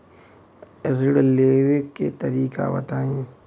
ऋण लेवे के तरीका बताई?